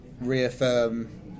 reaffirm